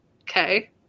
okay